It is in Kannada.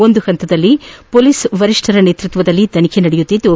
ಒಂದು ಹಂತದಲ್ಲಿ ಹೊಲೀಸ್ ವರಿಷ್ಠರ ನೇತೃತ್ವದಲ್ಲಿ ತನಿಖೆ ನಡೆಯುತ್ತಿದ್ದು